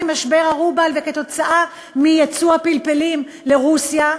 כתוצאה ממשבר הרובל וייצוא הפלפלים לרוסיה,